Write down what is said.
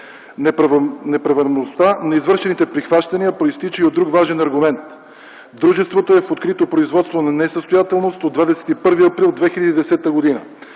Неправомерността на извършените прихващания произтича и от друг важен аргумент. Дружеството е в открито производство на несъстоятелност от 21 април 2010 г.